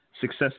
success